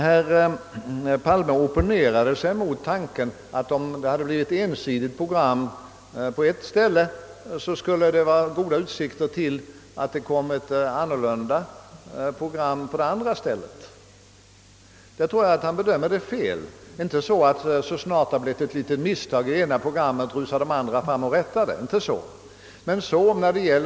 Herr Palme opponerade sig mot tanken att om det hade förekommit ett ensidigt program i det ena TV-företaget skulle det finnas goda utsikter att det kom ett annorlunda program i det andra TV-företaget. Jag tror att han bedömer detta fel. Naturligtvis skulle det inte bli så, att så snart det hade begåtts ett litet misstag i ett program från det ena TV-företaget skulle man rusa fram och rätta till det i ett program från det andra TV-företaget.